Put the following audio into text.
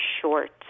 short